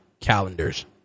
calendars